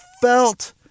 felt